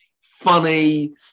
funny